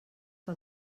que